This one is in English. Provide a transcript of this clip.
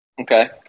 okay